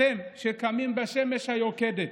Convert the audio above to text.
אתם, שקמים בשמש היוקדת,